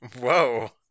Whoa